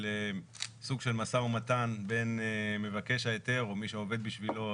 סוג של משא ומתן בין מבקש ההיתר או מי שעובד בשבילו,